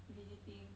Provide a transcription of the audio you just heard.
visiting